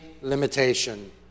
limitation